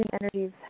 energies